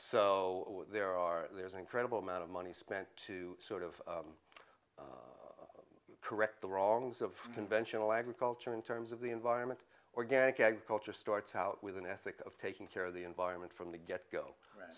so there are there's an incredible amount of money spent to sort of correct the wrongs of conventional agriculture in terms of the environment organic agriculture starts out with an ethic of taking care of the environment from the get go